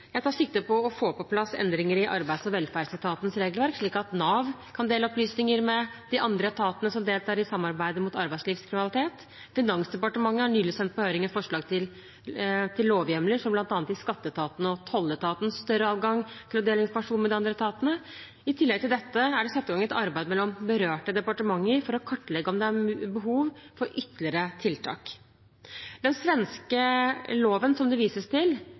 Jeg tar sikte på å få på plass endringer i arbeids- og velferdsetatens regelverk slik at Nav kan dele opplysninger med de andre etatene som deltar i samarbeidet mot arbeidslivskriminalitet. Finansdepartementet har nylig sendt på høring et forslag til lovhjemler som bl.a. gir skatteetaten og tolletaten større adgang til å dele informasjon med de andre etatene. I tillegg til dette er det satt i gang et arbeid mellom berørte departementer for å kartlegge om det er behov for ytterligere tiltak. Den svenske loven, som det vises til,